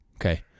okay